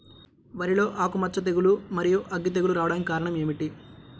వరిలో ఆకుమచ్చ తెగులు, మరియు అగ్గి తెగులు రావడానికి కారణం ఏమిటి?